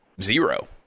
zero